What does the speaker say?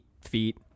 feet